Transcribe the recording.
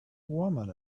woman